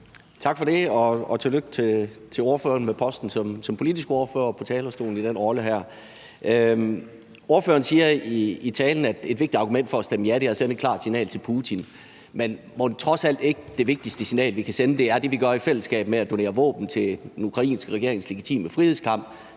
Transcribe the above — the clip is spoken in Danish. Tak for det, og tillykke til ordføreren med posten som politisk ordfører. Ordføreren siger i talen, at et vigtigt argument for at stemme ja er at sende et klart signal til Putin, men mon ikke det vigtigste signal, vi kan sende, trods alt er det, vi gør i fællesskab med at donere våben til den ukrainske regerings legitime frihedskamp